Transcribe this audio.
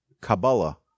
Kabbalah